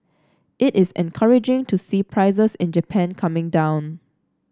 it is encouraging to see prices in Japan coming down